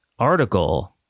article